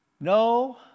No